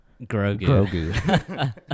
Grogu